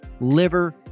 liver